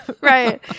Right